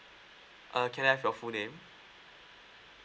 uh can I have your full name